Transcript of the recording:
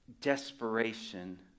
desperation